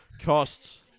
costs